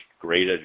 great